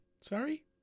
Sorry